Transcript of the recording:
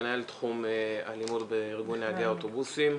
מנהל תחום אלימות בארגון נהגי האוטובוסים,